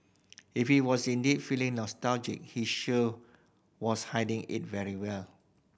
if he was indeed feeling nostalgic he sure was hiding it very well